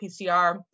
PCR